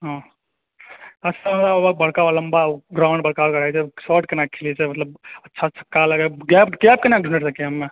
हाँ बड़का लम्बा ग्राउंड बड़का शार्ट केना खेलै छै मतलब अच्छा छक्का लगायब